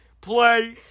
play